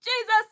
Jesus